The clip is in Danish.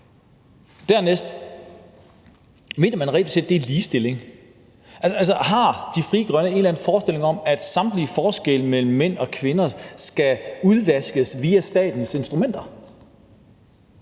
andet: Mener man reelt set, det er ligestilling? Har Frie Grønne en eller anden forestilling om, at samtlige forskelle mellem mænd og kvinder skal udvaskes via statens instrumenter?